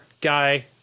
guy